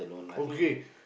okay